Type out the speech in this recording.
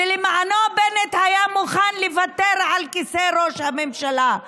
למענו בנט היה מוכן לוותר על כיסא ראש הממשלה.